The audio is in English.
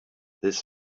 this